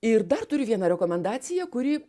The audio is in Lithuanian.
ir dar turiu vieną rekomendaciją kuri